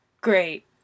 Great